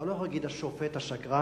אתה לא יכול להגיד "השופט השקרן",